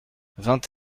vingt